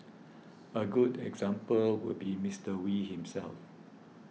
a good example would be Mister Wee himself